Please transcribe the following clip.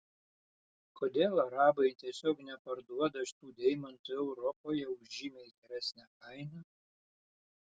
kodėl arabai tiesiog neparduoda tų deimantų europoje už žymiai geresnę kainą